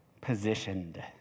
Positioned